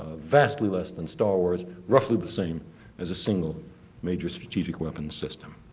vastly less than star wars, roughly the same as a single major strategic weapon system.